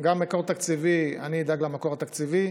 גם מקור תקציבי, אני אדאג למקור התקציבי.